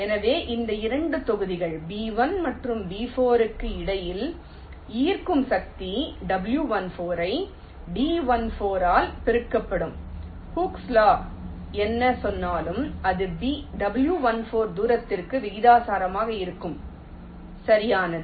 எனவே இந்த இரண்டு தொகுதிகள் B1 மற்றும் B4 க்கு இடையில் ஈர்க்கும் சக்தி w14 ஐ d14 ஆல் பெருக்கப்படும் ஹூக்கின் சட்டம் Hooke's law என்ன சொன்னாலும் அது w14 தூரத்திற்கு விகிதாசாரமாக இருக்கும் சரியானது